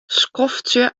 skoftsje